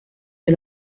wir